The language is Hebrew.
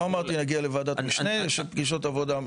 לא אמרתי יגיע לוועדת משנה, פגישות עבודה.